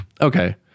okay